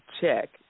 check